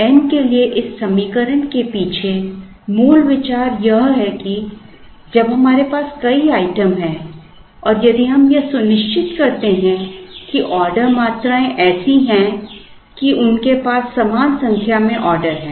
N के लिए इस समीकरण के पीछे मूल विचार यह है कि जब हमारे पास कई आइटम हैं और यदि हम यह सुनिश्चित करते हैं कि ऑर्डर मात्राएं ऐसी हैं कि उनके पास समान संख्या में ऑर्डर हैं